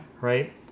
Right